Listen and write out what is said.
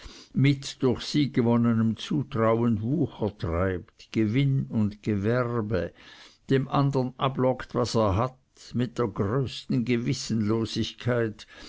mit durch sie gewonnenem zutrauen wucher treibt gewinn und gewerbe dem anderen ablockt was er hat mit der größten